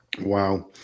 Wow